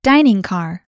Diningcar